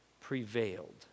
prevailed